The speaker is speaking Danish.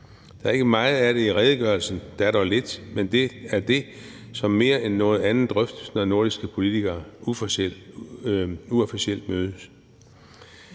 Der er ikke meget af det i redegørelsen. Der er dog lidt, men det er det, som mere end noget andet drøftes, når nordiske politikere uofficielt mødes.